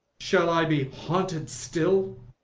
shall i be haunted still?